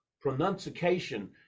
Pronunciation